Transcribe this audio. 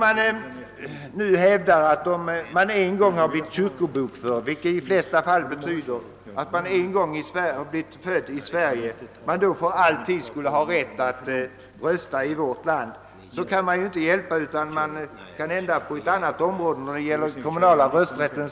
Resonemanget om att man, om man en gång blivit kyrkobokförd i Sverige vilket i de flesta fall betyder att man en gång blivit född här, för all framtid skulle ha rätt att rösta i vårt land, skulle väl med samma rätt kunna givas beträffande den kommunala rösträtten.